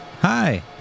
Hi